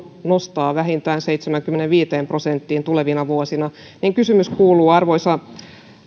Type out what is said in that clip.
nostaa vähintään seitsemäänkymmeneenviiteen prosenttiin tulevina vuosina niin kysymys kuuluu arvoisa